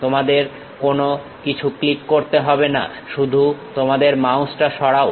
তোমাদের কোনো কিছু ক্লিক করতে হবে না শুধু তোমাদের মাউসটা সরাও